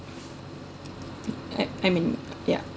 I I mean yeah